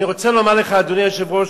אני רוצה לומר לך, אדוני היושב-ראש,